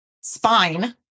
spine